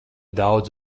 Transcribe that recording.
daudz